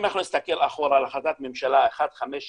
אם אנחנו נסתכל אחורה להחלטת ממשלה 1539,